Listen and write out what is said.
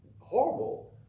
horrible